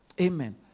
Amen